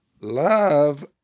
Love